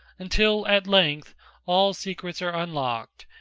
until at length all secrets are unlocked,